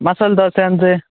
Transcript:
ಮಸಾಲ ದೋಸೆ ಅಂದರೆ